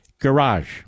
garage